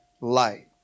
light